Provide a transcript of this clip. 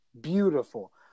Beautiful